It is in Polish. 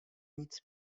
nic